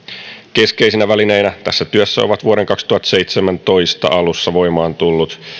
keskeisinä välineinä tässä työssä ovat vuoden kaksituhattaseitsemäntoista alussa voimaan tullut